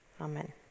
Amen